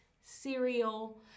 cereal